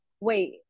wait